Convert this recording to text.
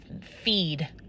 feed